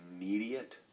immediate